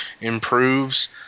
improves